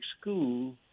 school